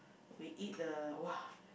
we eat the uh !wah!